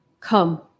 Come